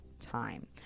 time